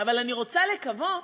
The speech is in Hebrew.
אבל אני רוצה לקוות